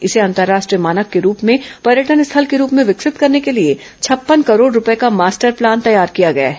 इसे अंतर्राष्ट्रीय मानक के रूप में पर्यटन स्थल के रूप में विकसित करने के लिए छप्पन करोड रूपये का मास्टर प्लान तैयार किया गया है